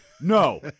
no